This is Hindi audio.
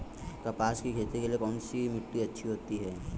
कपास की खेती के लिए कौन सी मिट्टी अच्छी होती है?